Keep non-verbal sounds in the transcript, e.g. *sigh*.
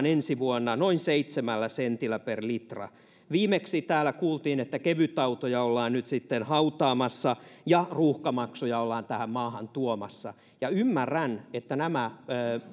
*unintelligible* ensi vuonna noin seitsemällä sentillä per litra viimeksi täällä kuultiin että kevytautoja ollaan nyt sitten hautaamassa ja ruuhkamaksuja ollaan tähän maahan tuomassa ja ymmärrän että nämä